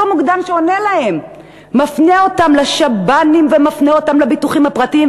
אותו מוקדן שעונה להם מפנה אותם לשב"נים ומפנה אותם לביטוחים הפרטיים,